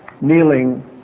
kneeling